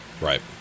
Right